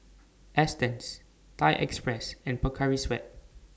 Astons Thai Express and Pocari Sweat